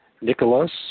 Nicholas